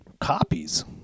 copies